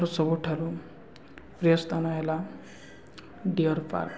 ସବୁଠାରୁ ପ୍ରିୟ ସ୍ଥାନ ହେଲା ଡ଼ିଅର୍ ପାର୍କ